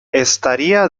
estaría